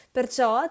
Perciò